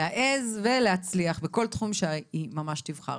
להעז ולהצליח בכל תחום שהיא ממש תבחר.